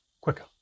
quicker